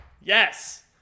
yes